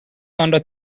آنرا